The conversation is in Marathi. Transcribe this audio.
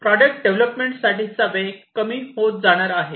प्रॉडक्ट डेव्हलपमेंट साठीचा वेळ कमी होत जाणार आहे